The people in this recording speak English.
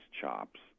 chops